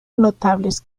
notables